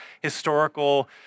historical